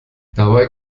dabei